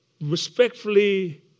respectfully